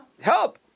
help